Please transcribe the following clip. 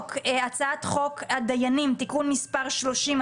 בהצעת חוק הדיינים (תיקון מס' 30),